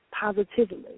positively